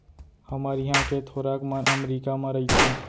हमर इहॉं के थोरक मन अमरीका म रइथें